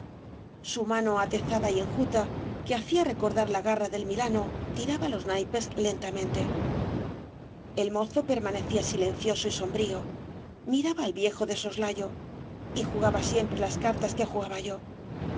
su mano atezada y enjuta s obras de valle inclan g que hacía recordar la garra del milano tiraba los naipes lentamente el mozo permanecía silencioso y sombrío miraba al viejo de soslayo y jugaba siempre las cartas que jugaba yo